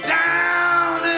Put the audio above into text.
down